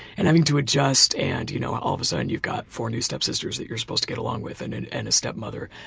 and i mean to adjust, and you know um so and you've got four new step-sisters that you're supposed to get along with and and and a step-mother.